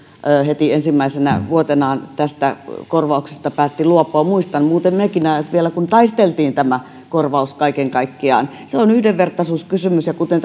heti ensimmäisenä vuotenaan tästä korvauksesta päätti luopua muistan muuten nekin ajat vielä kun taisteltiin tämä korvaus kaiken kaikkiaan se on yhdenvertaisuuskysymys ja kuten